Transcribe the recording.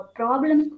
problem